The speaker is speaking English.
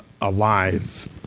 alive